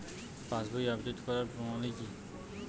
পাসবই update করার প্রণালী কি?